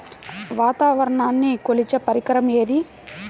వాతావరణాన్ని కొలిచే పరికరం ఏది?